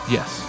Yes